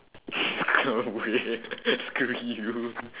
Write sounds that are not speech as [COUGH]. [LAUGHS] go away [LAUGHS] screw you